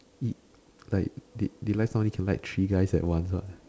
he like they they last time used to like three guys at once ah